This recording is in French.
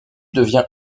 devient